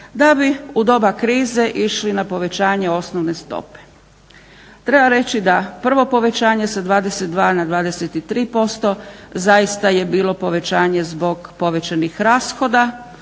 da bi u doba krize išli na povećanje osnovne stope. Treba reći da prvo povećanje sa 22 na 23% zaista je bilo povećanje zbog povećanih rashoda.